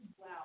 Wow